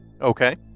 Okay